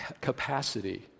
capacity